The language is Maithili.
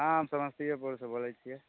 हँ हम समस्तियेपुर से बोलैत छियै